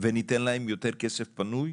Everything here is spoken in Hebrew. וניתן להם יותר כסף פנוי,